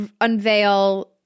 unveil